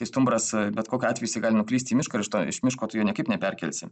stumbras bet kokiu atveju jisai gali nuklysti į mišką ir iš to iš miško tu jo niekaip neperkelsi